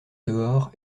dehors